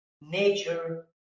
nature